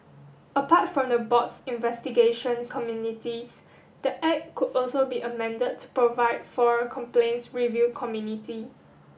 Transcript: apart from the board's investigation communities the Act could also be amended to provide for a complaints review community